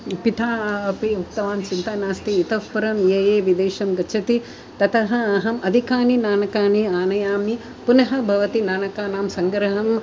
पिता अपि उक्तवान् चिन्ता नास्ति इतःपरं ये विदेशं गच्छन्ति ततः अहम् अधिकानि नाणकानि आनयामि पुनः भवति नाणकानां सङ्ग्रहम्